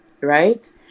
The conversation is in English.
right